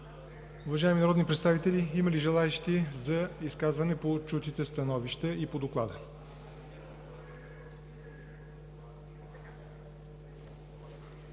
Уважаеми народни представители, има ли желаещи за изказване по чутите становища и по доклада?